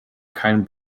kein